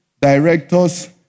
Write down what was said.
directors